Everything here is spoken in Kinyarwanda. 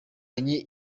ibi